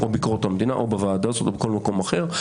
או ביקורת המדינה או בוועדה הזאת או בכל מקום אחר,